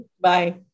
Bye